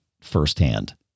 firsthand